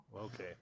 Okay